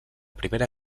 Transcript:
primera